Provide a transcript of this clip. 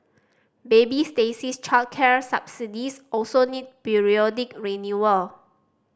baby Stacey's childcare subsidies also need periodic renewal